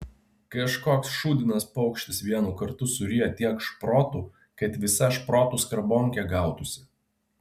kažkoks šūdinas paukštis vienu kartu suryja tiek šprotų kad visa šprotų skarbonkė gautųsi